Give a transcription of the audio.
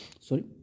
sorry